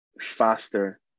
faster